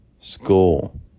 school